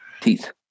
teeth